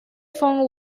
fong